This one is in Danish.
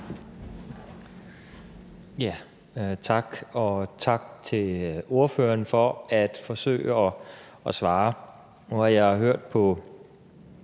Tak, og tak til ordføreren for at forsøge at svare. Nu har jeg i ret lang